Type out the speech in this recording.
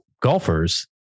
golfers